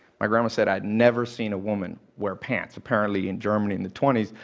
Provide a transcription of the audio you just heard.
my grandma said, i'd never seen a woman wear pants. apparently, in germany in the twenty s,